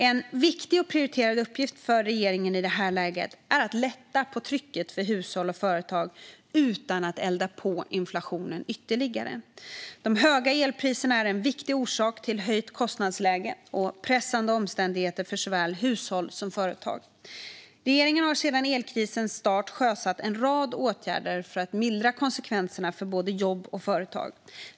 En viktig och prioriterad uppgift för regeringen i det här läget är att lätta på trycket för hushåll och företag utan att elda på inflationen ytterligare. De höga elpriserna är en viktig orsak till höjt kostnadsläge och pressande omständigheter för såväl hushåll som företag. Regeringen har sedan elkrisens start sjösatt en rad åtgärder för att mildra konsekvenserna för både jobb och företag.